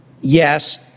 Yes